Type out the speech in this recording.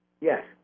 Yes